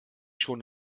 schon